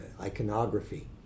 iconography